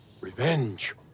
revenge